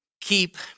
keep